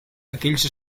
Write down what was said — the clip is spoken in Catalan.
aquells